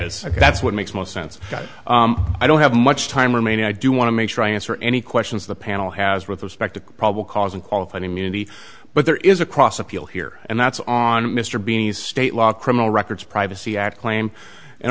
ideas that's what makes more sense i don't have much time remaining i do want to make sure i answer any questions the panel has with respect to probable cause and qualified immunity but there is a cross appeal here and that's on mr binnie state law criminal records privacy act claim and